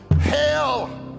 hell